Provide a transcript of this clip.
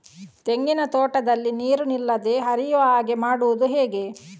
ತೆಂಗಿನ ತೋಟದಲ್ಲಿ ನೀರು ನಿಲ್ಲದೆ ಹರಿಯುವ ಹಾಗೆ ಮಾಡುವುದು ಹೇಗೆ?